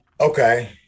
Okay